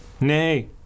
Nay